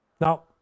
Now